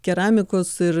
keramikos ir